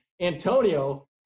Antonio